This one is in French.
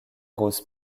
rose